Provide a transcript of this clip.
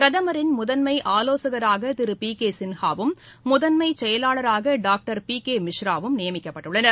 பிரதமரின் முதன்மை ஆலோசகராக திரு பி கே சின்ஹாவும் முதன்மைச்செயலாளராக டாக்டர் பி கே மிஸ்ராவும் நியமிக்கப்பட்டுள்ளனர்